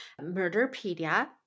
Murderpedia